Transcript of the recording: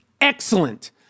Excellent